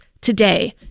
today